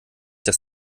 dass